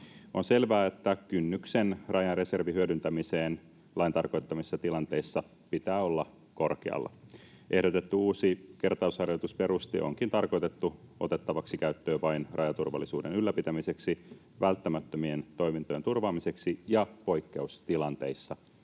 On selvää, että kynnyksen Rajan reservin hyödyntämiseen lain tarkoittamissa tilanteissa pitää olla korkealla. Ehdotettu uusi kertausharjoitusperuste onkin tarkoitettu otettavaksi käyttöön vain rajaturvallisuuden ylläpitämiseksi, välttämättömien toimintojen turvaamiseksi ja poikkeustilanteissa,